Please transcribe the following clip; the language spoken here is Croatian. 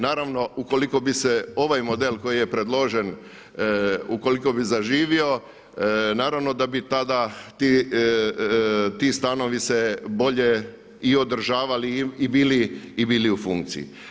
Naravno ukoliko bi se ovaj model koji je predložen, ukoliko bi zaživio naravno da bi tada ti stanovi se bolje i održavali i bili u funkciji.